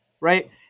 right